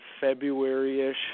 February-ish